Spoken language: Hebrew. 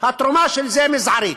התרומה של זה מזערית.